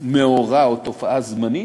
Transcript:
מאורע או תופעה זמנית,